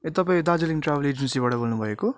ए तपाईँ दार्जिलिङ ट्राभल एजेन्सीबाट बोल्नुभएको